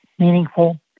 meaningful